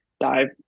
dive